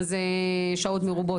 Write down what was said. מה זה שעות מרובות,